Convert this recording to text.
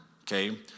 okay